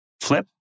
flip